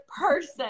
person